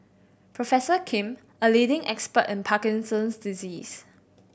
Professor Kim a leading expert in Parkinson's disease